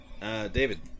David